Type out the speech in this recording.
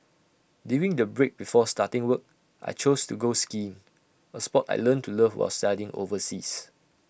during the break before starting work I chose to go skiing A Sport I learnt to love while studying overseas